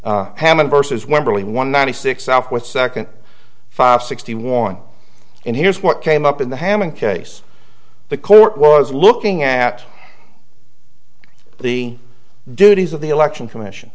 y hammond versus wimberly one ninety six south with second five sixty one and here's what came up in the hammond case the court was looking at the duties of the election commission